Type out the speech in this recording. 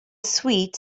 sweet